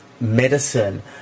medicine